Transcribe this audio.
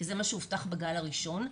כי זה מה שהובטח בגל הראשון,